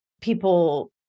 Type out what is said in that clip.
people